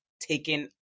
taken